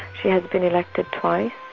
she has been elected twice,